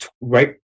right